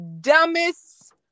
dumbest